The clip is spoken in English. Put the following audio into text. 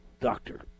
Doctor